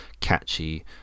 catchy